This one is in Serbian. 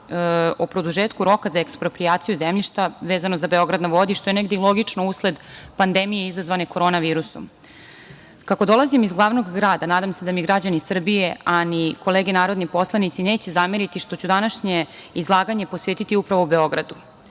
o produžetku roka za eksproprijaciju zemljišta vezano za „Beograd na vodi“, što je negde i logično usled pandemije izazvane korona virusom. Kako dolazim iz glavnog grada nadam se da mi građani Srbije a ni kolege narodni poslanici neće zameriti što ću današnje izlaganje posvetiti upravo Beogradu.